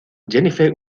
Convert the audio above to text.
jennifer